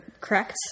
Correct